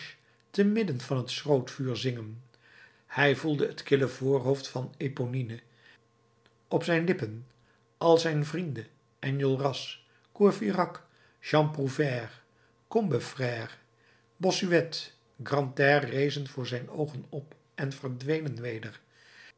te midden van het schrootvuur zingen hij voelde het kille voorhoofd van eponine op zijn lippen al zijn vrienden enjolras courfeyrac jean prouvaire combeferre bossuet grantaire rezen voor zijn oogen op en verdwenen